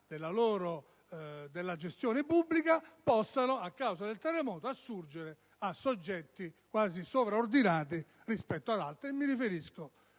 particolari della gestione pubblica possano, a causa del terremoto, assurgere a soggetti quasi sovraordinati rispetto ad altri, e mi riferisco